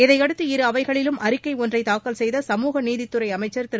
இதையடுத்து இரு அவைகளிலும் அறிக்கை ஒன்றை தாக்கல் செய்த சமூகநீதித்துறை அமைச்சர் திரு